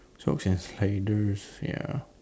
socks and sliders ya